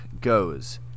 goes